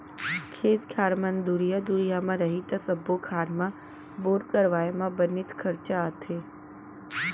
खेत खार मन दुरिहा दुरिहा म रही त सब्बो खार म बोर करवाए म बनेच खरचा आथे